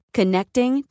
Connecting